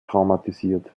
traumatisiert